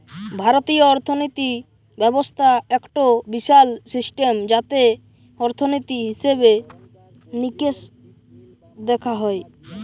ভারতীয় অর্থিনীতি ব্যবস্থা একটো বিশাল সিস্টেম যাতে অর্থনীতি, হিসেবে নিকেশ দেখা হয়